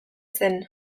zen